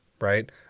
right